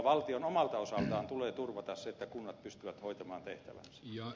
valtion omalta osaltaan tulee turvata se että kunnat pystyvät hoitamaan tehtävänsä